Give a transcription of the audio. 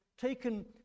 taken